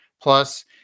Plus